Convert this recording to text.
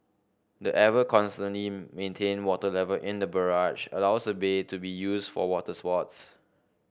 the ever constantly maintained water level in the barrage allows the bay to be used for water sports